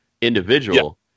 individual